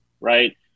right